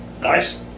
Nice